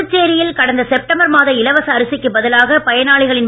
புதுச்சேரியில் கடந்த செப்டம்பர் மாத இலவச அரிசிக்கு பதிலாக பயனாளிகளின்